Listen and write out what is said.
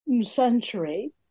century